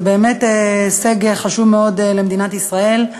זה באמת הישג חשוב מאוד למדינת ישראל,